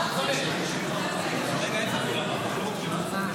איפה כולם?